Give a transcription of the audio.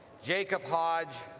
jacob hodge,